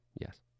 Yes